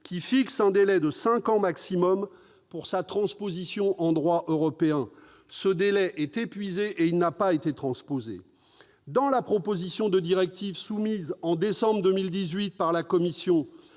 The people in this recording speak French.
qui fixe un délai de cinq ans maximum pour sa transposition en droit européen. Or ce délai est épuisé, et il n'y a pas eu de transposition. Dans la proposition de directive soumise en décembre 2018 par la Commission,